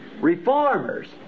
Reformers